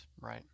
Right